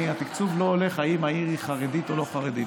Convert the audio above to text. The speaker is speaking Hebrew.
התקצוב לא הולך לפי אם העיר היא חרדית או לא חרדית,